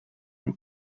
they